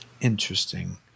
Interesting